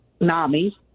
NAMI